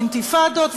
אינתיפאדות,